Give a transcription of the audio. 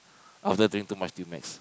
after drink too much Dumex